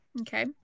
okay